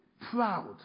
proud